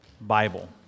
Bible